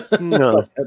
No